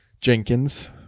Jenkins